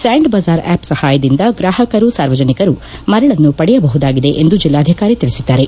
ಸ್ಕಾಂಡ್ bazaar app ಸಹಾಯದಿಂದ ಗ್ರಾಪಕರು ಸಾರ್ವಜನಿಕರು ಮರಳನ್ನು ಪಡೆಯಬಹುದಾಗಿದೆ ಎಂದು ಜಿಲ್ಲಾಧಿಕಾರಿ ತಿಳಿಸಿದ್ದಾರೆ